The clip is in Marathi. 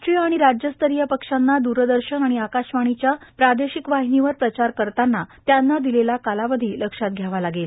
राष्ट्रीय आणि राज्यस्तरीय पक्षांना द्रदर्शन आणि आकाशवाणीच्या प्रादेशिक वाहिनीवर प्रचार करताना त्यांना दिलेला कालावधी लक्षात घ्यावा लागेल